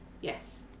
Yes